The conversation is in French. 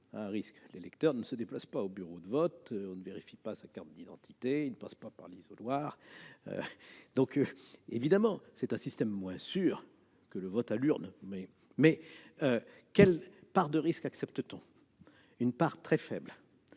à un risque : l'électeur ne se déplace pas au bureau de vote, on ne vérifie pas sa carte d'identité et il ne passe pas par l'isoloir. Donc, évidemment, c'est un système moins sûr que le vote à l'urne ... Cela dit, quelle part de risque acceptons-nous ? Une part très faible.